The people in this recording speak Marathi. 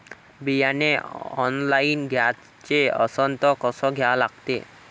बियाने ऑनलाइन घ्याचे असन त कसं घ्या लागते?